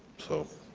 so,